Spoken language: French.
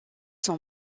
son